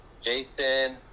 Jason